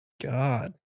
god